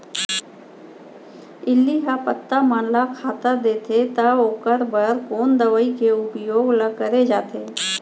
इल्ली ह पत्ता मन ला खाता देथे त ओखर बर कोन दवई के उपयोग ल करे जाथे?